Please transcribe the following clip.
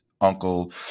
Uncle